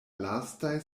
lastaj